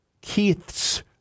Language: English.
Keith's